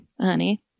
Honey